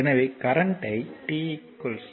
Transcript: எனவே கரண்ட்யை t 0